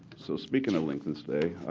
so speaking of length of stay,